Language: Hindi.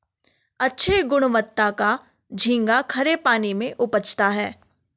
अच्छे गुणवत्ता का झींगा खरे पानी में उपजता है